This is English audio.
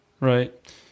Right